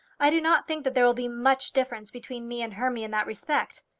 i do not think that there will be much difference between me and hermy in that respect.